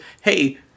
hey